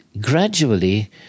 gradually